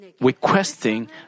requesting